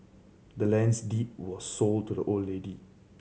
the land's deed was sold to the old lady